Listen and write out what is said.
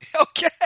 Okay